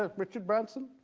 ah richard branson